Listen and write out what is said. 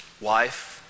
wife